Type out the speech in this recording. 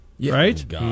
right